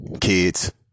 kids